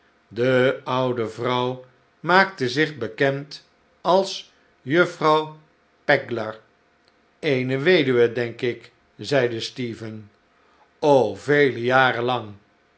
de oude vrouw maakte zich bekend als juffrouw pegler eene weduwe denk ik zeide stephen